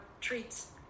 treats